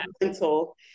mental